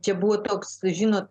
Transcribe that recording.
čia buvo toks žinot